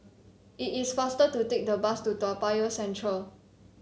it is faster to take the bus to Toa Payoh Central